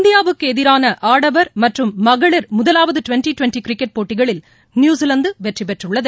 இந்தியாவுக்கு எதிரான ஆடவர் மற்றும் மகளிர் முதலாவது டுவெண்டி டுவெண்டிகிரிக்கெட் போட்டிகளில் நியுசிலாந்து வெற்றி பெற்றுள்ளது